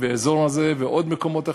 והאזור הזה ועוד מקומות אחרים,